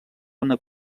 una